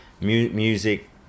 Music